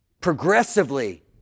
progressively